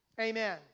Amen